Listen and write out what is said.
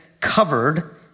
covered